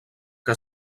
que